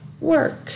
work